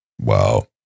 wow